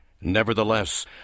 Nevertheless